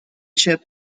chip